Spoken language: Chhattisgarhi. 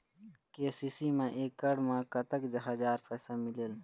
के.सी.सी मा एकड़ मा कतक हजार पैसा मिलेल?